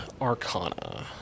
Arcana